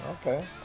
Okay